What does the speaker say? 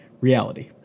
reality